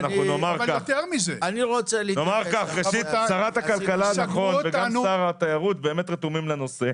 שרת הכלכלה ושר התיירות רתומים לנושא,